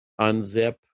Unzip